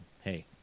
hey